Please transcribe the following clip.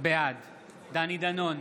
בעד דני דנון,